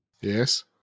Yes